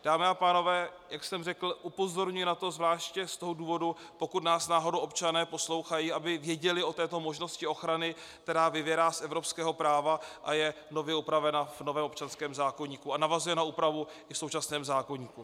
Dámy a pánové, jak jsem řekl, upozorňuji na to zvláště z toho důvodu, pokud nás náhodou občané poslouchají, aby věděli o této možnosti ochrany, která vyvěrá z evropského práva a je nově upravena v novém občanském zákoníku a navazuje na úpravu i v současném zákoníku.